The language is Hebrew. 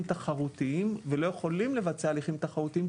תחרותיים ולא יכולים לבצע הליכים תחרותיים,